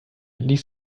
ließ